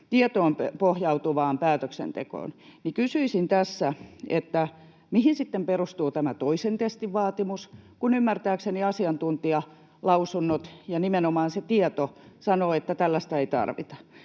tietoon pohjautuvaan päätöksentekoon, niin kysyisin tässä, mihin sitten perustuu tämä toisen testin vaatimus, kun ymmärtääkseni asiantuntijalausunnot ja nimenomaan se tieto sanovat, että tällaista ei tarvita.